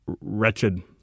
wretched